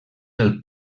del